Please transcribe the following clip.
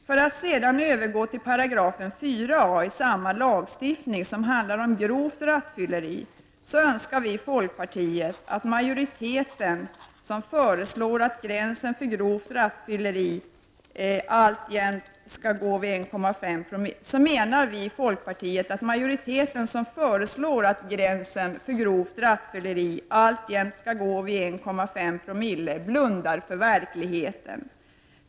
För att sedan övergå till 4a § i samma lagstiftning som handlar om grovt rattfylleri menar vi i folkpartiet att majoriteten som föreslår att gränsen för grovt rattfylleri alltjämt skall gå vid 1,5 960 blundar för verkligheten.